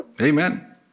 Amen